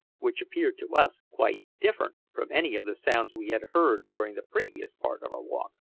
which appeared to us quite different from any of the sounds we had heard during the previous part of our walk.